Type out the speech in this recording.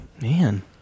Man